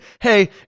hey